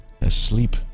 Asleep